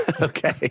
Okay